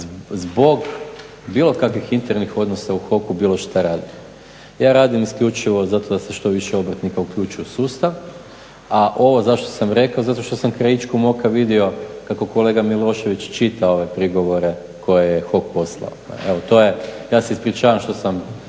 zbog bilo kakvih internih odnosa u HOK-u bilo šta radio. Ja radim isključivo zato da se što više obrtnika uključi u sustav, a ovo zašto sam rekao, zato što sam krajičkom oka vidio kako kolega Milošević čita ove prigovore koje je HOK poslao. Evo to je, ja se ispričavam što sam